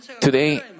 today